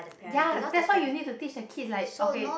ya that's why you need to teach the kids like okay